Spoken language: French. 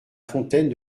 fontaine